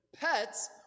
Pets